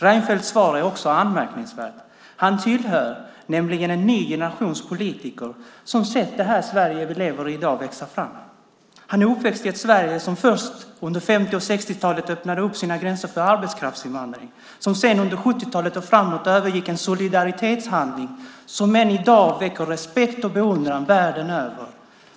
Reinfeldts svar är också anmärkningsvärt. Han tillhör nämligen en ny generation politiker som sett det Sverige vi i dag lever i växa fram. Han är uppväxt i ett Sverige som först under 50 och 60-talen öppnade sina gränser för arbetskraftsinvandring och som sedan, under 70-talet och framåt, övergick i en solidaritetshandling som än i dag väcker respekt och beundran världen över.